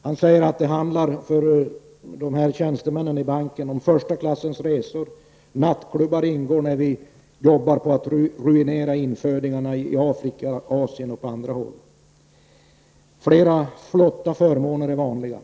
Han säger att det för tjänstemännen i banken handlar om första klassens resor och att ''nattklubbar ingår när vi jobbar för att ruinera infödingarna i Afrika, Asien och på andra håll''. Flera flotta förmåner är vanliga.